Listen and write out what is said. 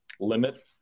limit